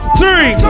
three